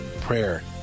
Prayer